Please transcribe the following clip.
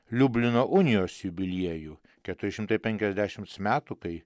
liublino unijos jubiliejų keturi šimtai penkiasdešimts metų kai